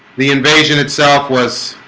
the invasion itself was